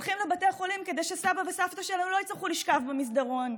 הולכים לבתי חולים כדי שסבא וסבתא שלהם לא יצטרכו לשכב במסדרון,